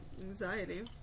anxiety